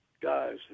guys